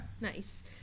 Nice